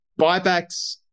buybacks